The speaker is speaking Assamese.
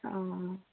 অঁ